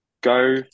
go